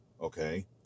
okay